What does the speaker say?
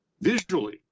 visually